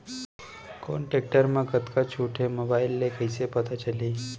कोन टेकटर म कतका छूट हे, मोबाईल ले कइसे पता चलही?